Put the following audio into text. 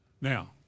Now